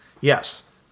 Yes